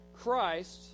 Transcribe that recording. Christ